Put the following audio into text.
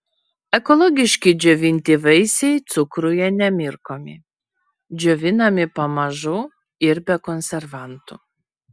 ekologiški džiovinti vaisiai cukruje nemirkomi džiovinami pamažu ir be konservantų